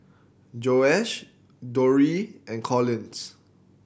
Josiah Drury and Collins